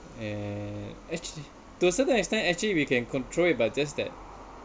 and actually to a certain extent actually we can control it but just that